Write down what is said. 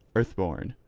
earthborn,